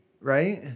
right